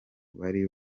bari